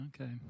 Okay